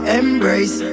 embrace